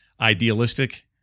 idealistic